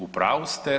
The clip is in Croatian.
U pravu ste.